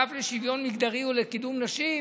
האגף לשוויון מגדרי ולקידום נשים,